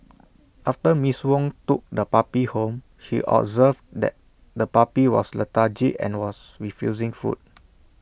after miss Wong took the puppy home she observed that the puppy was lethargic and was refusing food